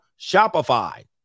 Shopify